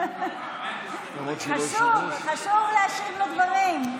חשוב, חשוב להשיב לדברים.